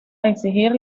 exigir